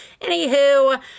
Anywho